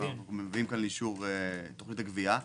אנחנו מביאים כאן לאישור תוכנית הגבייה.